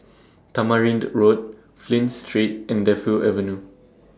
Tamarind Road Flint Street and Defu Avenue